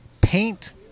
paint